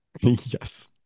Yes